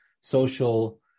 social